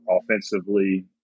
offensively